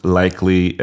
likely